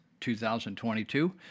2022